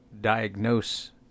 diagnose